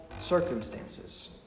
Circumstances